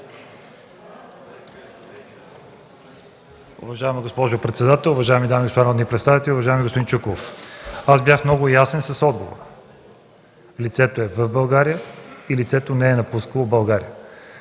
Уважаема госпожо председател, уважаеми дами и господа народни представители, уважаеми господин Чуколов! Аз бях много ясен с отговора. Лицето е в България и не е напускало страната.